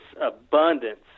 abundance